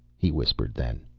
he whispered then.